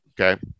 Okay